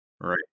Right